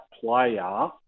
player